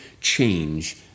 change